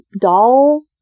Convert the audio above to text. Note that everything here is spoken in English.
doll